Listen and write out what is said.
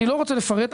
אני לא רוצה לפרט,